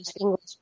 English